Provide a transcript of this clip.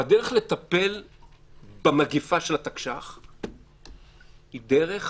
והדרך לטפל במגפה של התקש"ח היא דרך